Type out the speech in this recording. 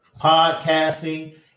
podcasting